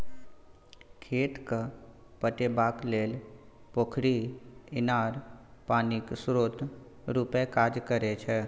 खेत केँ पटेबाक लेल पोखरि, इनार पानिक स्रोत रुपे काज करै छै